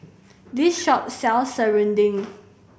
this shop sells serunding